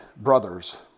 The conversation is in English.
brothers